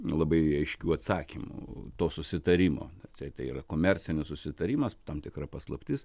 labai aiškių atsakymų to susitarimo atseit tai yra komercinis susitarimas tam tikra paslaptis